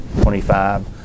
twenty-five